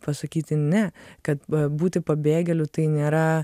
pasakyti ne kad būti pabėgėliu tai nėra